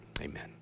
amen